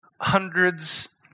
hundreds